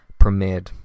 premiered